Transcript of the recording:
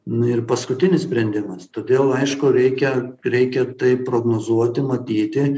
na ir paskutinis sprendimas todėl aišku reikia reikia tai prognozuoti matyti